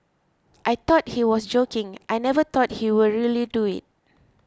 I thought he was joking I never thought he will really do it